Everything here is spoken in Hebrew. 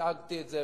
הצגתי את זה,